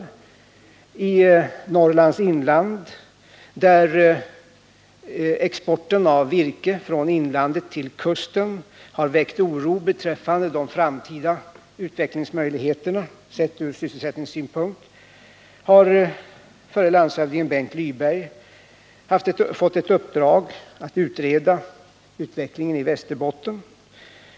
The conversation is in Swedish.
När det gäller Norrlands inland — där exporten av virke från inlandet till kusten har väckt oro betr ande de framtida utvecklingsmöjligheterna, sett från sysselsättningssynpunkt— kan jag nämna att förre landshövdingen Bengt Lyberg har fått i uppdrag att utreda utvecklingen i Västerbotten.